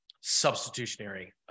substitutionary